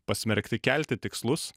pasmerkti kelti tikslus